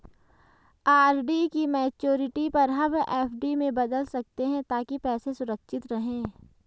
RD की maturity पर हम एफ.डी में बदल सकते है ताकि पैसे सुरक्षित रहें